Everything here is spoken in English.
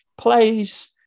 plays